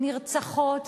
נרצחות,